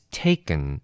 taken